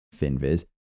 FinViz